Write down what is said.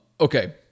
Okay